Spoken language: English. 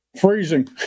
Freezing